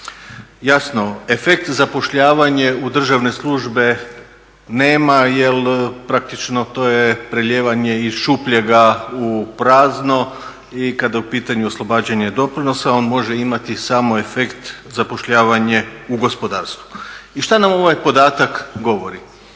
Jasno, efekt zapošljavanje u državne službe nema jer praktično to je prelijevanje iz šupljega u prazno i kada je u pitanju oslobađanje doprinosa, on može imati samo efekt zapošljavanje u gospodarstvu. I što nam ovaj podatak govori?